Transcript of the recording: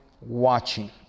watching